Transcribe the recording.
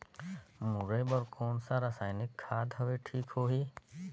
मुरई बार कोन सा रसायनिक खाद हवे ठीक होही?